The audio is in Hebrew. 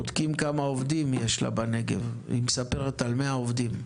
כשבודקים כמה עובדים יש לה בנגב היא מספרת על 100 עובדים.